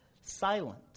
silent